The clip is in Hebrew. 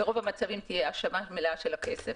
ברוב המקרים תהיה השבה מלאה של הכסף,